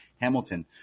Hamilton